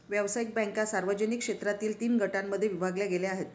व्यावसायिक बँका सार्वजनिक क्षेत्रातील तीन गटांमध्ये विभागल्या गेल्या आहेत